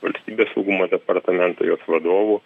valstybės saugumo departamento jos vadovų